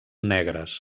negres